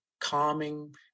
calming